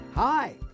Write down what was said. Hi